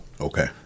okay